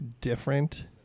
different